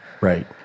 Right